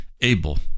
Abel